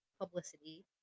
publicity